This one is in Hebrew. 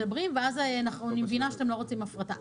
מדברים ואז אני מבינה שאתם לא רוצים הפרטה.